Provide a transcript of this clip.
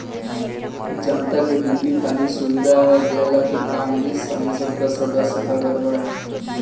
जनता के बिजली पानी के सुविधा देहला के काम भी संसद कअ सदस्य करत बाने